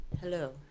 Hello